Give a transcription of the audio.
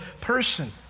person